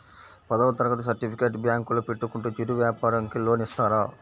పదవ తరగతి సర్టిఫికేట్ బ్యాంకులో పెట్టుకుంటే చిరు వ్యాపారంకి లోన్ ఇస్తారా?